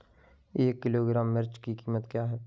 एक किलोग्राम मिर्च की कीमत क्या है?